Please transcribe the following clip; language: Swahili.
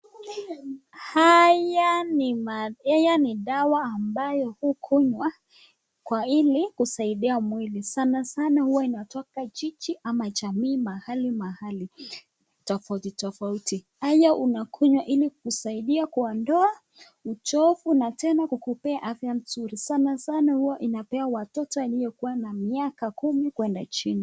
Haya ni dawa ambayo hukunywa ili kusaidia mwili sana sana hua inatoka jiji ama jamii mahali mahali tofauti tofauti. Haya unakunywa ili kusaidia kuondoa uchovu na tena kukupea afya mzuri, sana sana hua inapewa watoto waliokua na miaka kumi kuenda chini